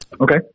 Okay